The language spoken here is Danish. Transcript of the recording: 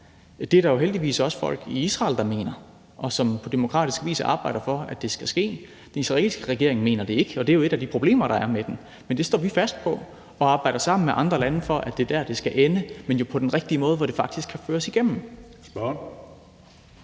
Der er jo heldigvis også folk i Israel, der mener det, og som på demokratisk vis arbejder for, at det skal ske. Den israelske regering mener det ikke, og det er jo et af de problemer, der er med den. Men det står vi fast på, og vi arbejder sammen med andre lande om, at det er der, det skal ende, men det skal jo ske på den rigtige måde, så det faktisk kan gennemføres.